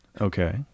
Okay